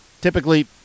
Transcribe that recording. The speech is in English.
typically